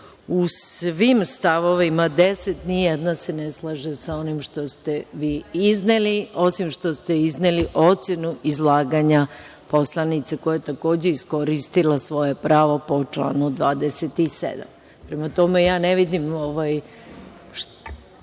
u svim stavovima, deset, nijedan se ne slaže sa onim što ste vi izneli, osim što ste izneli ocenu izlaganja poslanice koja je takođe iskoristila pravo po članu 27.Prema tome, ne vidim…(Aleksandra